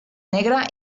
negra